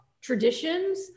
traditions